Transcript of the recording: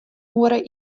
oere